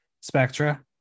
Spectra